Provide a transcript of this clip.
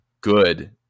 good